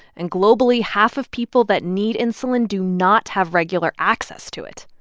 and globally, half of people that need insulin do not have regular access to it.